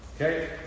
Okay